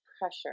pressure